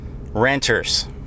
Renters